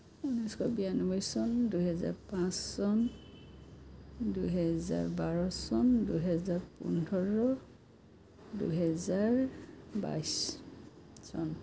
ঊনৈছশ বিৰান্নব্বৈ চন দুহেজাৰ পাঁচ চন দুহেজাৰ বাৰ চন দুহেজাৰ পোন্ধৰ দুহেজাৰ বাইছ চন